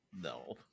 no